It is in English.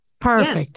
Perfect